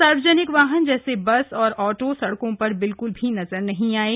सार्वजनिक वाहन जैसे बस और ऑटो सड़कों पर बिल्क्ल भी नजर नहीं आये